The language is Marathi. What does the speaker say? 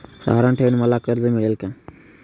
तारण ठेवून मला कर्ज मिळेल का?